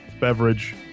beverage